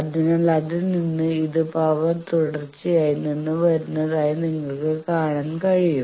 അതിനാൽ അതിൽ നിന്ന് ഇത് പവർ തുടർച്ചയിൽ നിന്ന് വരുന്നതായി നിങ്ങൾക്ക് കാണാൻ കഴിയും